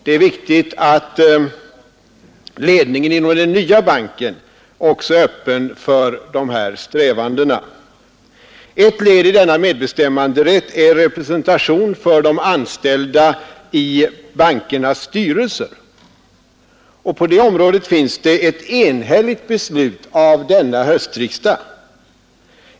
Det är viktigt att ledningen inom den nya banken också är öppen för dessa strävanden. Ett led i denna medbestämmanderätt är representation för de anställda i bankernas styrelser. På det området finns ett enhälligt beslut av denna höstriksdag.